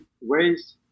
ways